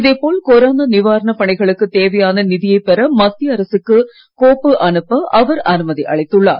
இதே போல் கொரோனா நிவாரண பணிகளுக்கு தேவையான நிதியை மத்திய அரசிடம் கோப்புக்கும் அவர் அனுமதி அளித்துள்ளார்